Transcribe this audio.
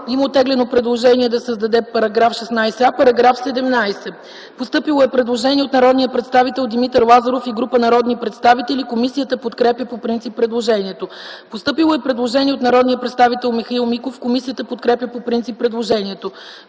Има оттеглено предложение да се създаде § 16а. По § 17 е постъпило предложение от народния представител Димитър Лазаров и група народни представители. Комисията подкрепя по принцип предложението. Постъпило е предложение от народния представител Михаил Миков. Комисията подкрепя по принцип предложението.